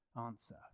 Answer